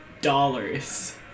dollars